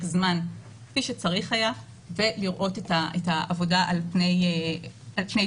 זמן כפי שצריך היה ולראות את העבודה על פני תקופה.